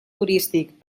turístic